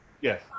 yes